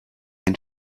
ein